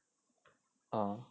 ah